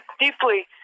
deeply